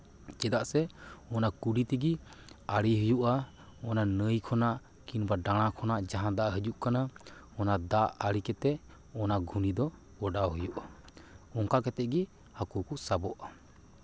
ᱪᱮᱫᱟᱜ ᱥᱮ ᱚᱱᱟ ᱠᱩᱰᱤ ᱛᱮᱜᱮ ᱟᱲᱮ ᱦᱩᱭᱩᱜᱼᱟ ᱚᱱᱟ ᱱᱟᱹᱭ ᱠᱷᱚᱱᱟᱜ ᱠᱤᱢᱵᱟ ᱰᱟᱬᱟ ᱠᱷᱚᱱᱟᱜ ᱡᱟᱦᱟᱸ ᱫᱟᱜ ᱦᱤᱡᱩᱜ ᱠᱟᱱᱟ ᱚᱱᱟ ᱫᱟᱜ ᱟᱲᱮ ᱠᱟᱛᱮᱫ ᱚᱱᱟ ᱜᱷᱩᱱᱤ ᱫᱚ ᱚᱰᱟᱣ ᱦᱩᱭᱩᱜᱼᱟ ᱚᱱᱠᱟ ᱠᱟᱛᱮᱫ ᱜᱮ ᱦᱟᱹᱠᱩ ᱠᱚ ᱥᱟᱵᱚᱜᱼᱟ